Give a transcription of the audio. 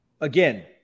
again